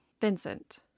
Vincent